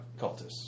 cultists